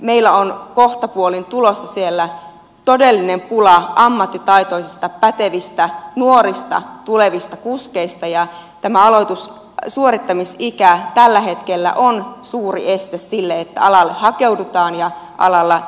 meillä on kohtapuolin tulossa siellä todellinen pula ammattitaitoisista pätevistä nuorista tulevista kuskeista ja tämä suorittamisikä tällä hetkellä on suuri este sille että alalle hakeudutaan ja alalla tehdään töitä